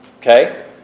Okay